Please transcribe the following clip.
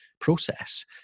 process